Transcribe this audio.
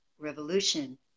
revolution